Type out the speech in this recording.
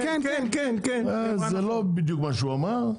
זה לא בדיוק מה שהוא אמר.